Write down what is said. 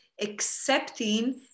accepting